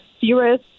serious